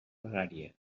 pregària